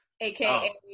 aka